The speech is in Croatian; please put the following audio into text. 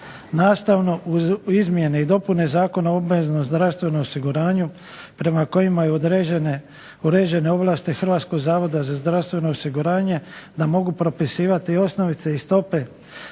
Nastavno, uz izmjene i dopune Zakona o obveznom zdravstvenom osiguranju, prema kojima je određene, uređene ovlasti Hrvatskog zavoda za zdravstveno osiguranje, da mogu propisivati osnovice i stope